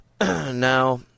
Now